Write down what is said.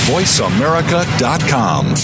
VoiceAmerica.com